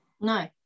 no